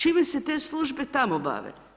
Čime se te službe tamo bave?